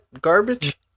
garbage